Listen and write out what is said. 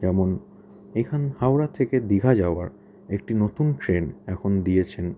যেমন এখান হাওড়া থেকে দীঘা যাওয়ার একটি নতুন ট্রেন এখন দিয়েছেন